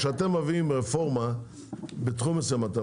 כשאתם מביאים רפורמה בתחום מסוים אתם